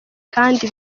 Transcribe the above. kandi